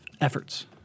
efforts